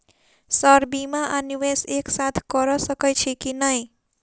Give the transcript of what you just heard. Sir बीमा आ निवेश एक साथ करऽ सकै छी की न ई?